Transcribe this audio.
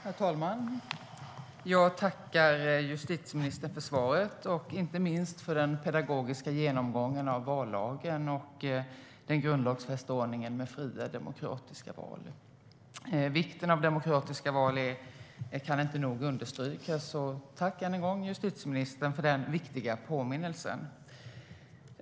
Herr talman! Jag tackar justitieministern för svaret och inte minst för den pedagogiska genomgången av vallagen och den grundlagsfästa ordningen med fria demokratiska val. Vikten av demokratiska val kan inte nog understrykas, så tack än en gång, justitieministern, för den viktiga påminnelsen!